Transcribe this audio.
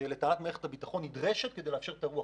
שנדרשת לטענת מערכת הביטחון כדי לאפשר את הרוח,